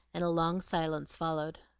and a long silence followed.